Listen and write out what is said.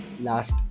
last